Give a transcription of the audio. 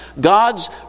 God's